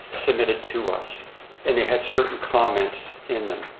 submitted to us and they had certain comments in them.